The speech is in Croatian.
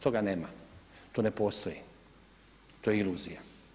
Toga nema, to ne postoji, to je iluzija.